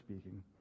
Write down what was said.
speaking